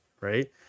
right